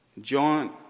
John